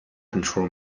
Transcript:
control